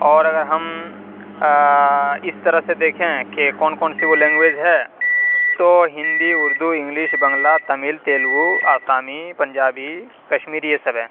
اور اگر ہم اس طرح سے دیکھیں کہ کون کون سی وہ لینگویج ہے تو ہندی اردو انگلش بنگلا تمل تیلگو آسامی پنجابی کشمیری یہ سب ہیں